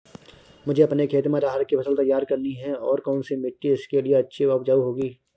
मुझे अपने खेत में अरहर की फसल तैयार करनी है और कौन सी मिट्टी इसके लिए अच्छी व उपजाऊ होगी?